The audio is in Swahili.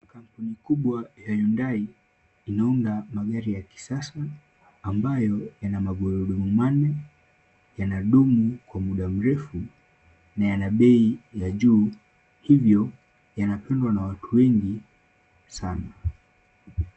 Kampuni kubwa ya Hyundai inaunda magari ya kisasa, ambayo yana magurudumu manne ,yanadumu kwa muda mrefu na yana bei ya juu. Hivyo yanapendwa na watu wengi sana.